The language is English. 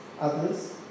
Others